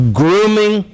grooming